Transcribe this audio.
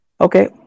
okay